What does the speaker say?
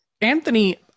Anthony